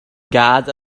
guards